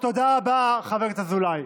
תודה רבה, חבר הכנסת אזולאי.